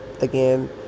again